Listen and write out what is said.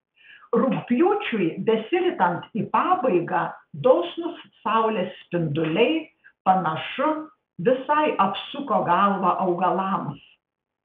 rugpjūčiui besiritant į pabaigą dosnūs saulės spinduliai panašu visai apsuko galvą augalams